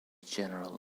general